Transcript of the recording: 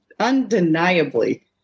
undeniably